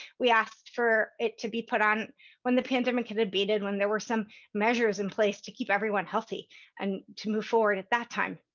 we asked for it to be put on when the pandemic had abated and when there were some measures in place to keep everyone healthy and to move forward at that time.